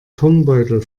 turnbeutel